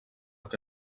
que